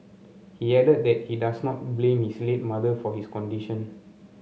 he added that he does not blame his late mother for his condition